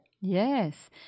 Yes